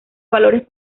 valores